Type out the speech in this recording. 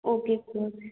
okay coach